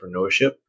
entrepreneurship